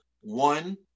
One